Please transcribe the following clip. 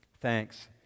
Thanks